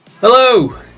Hello